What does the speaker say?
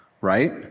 right